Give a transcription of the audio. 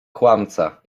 kłamca